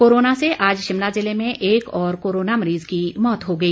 corona से आज शिमला जिले में एक और कोरोना मरीज की मौत हो गई